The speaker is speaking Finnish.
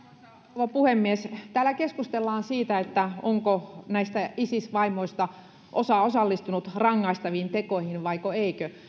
rouva puhemies täällä keskustellaan siitä onko näistä isis vaimoista osa osallistunut rangaistaviin tekoihin vaiko ei